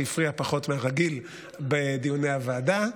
שהפריעה פחות מהרגיל בדיוני הוועדה,